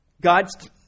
God's